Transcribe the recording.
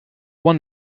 one